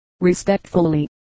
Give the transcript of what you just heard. Respectfully